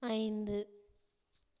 ஐந்து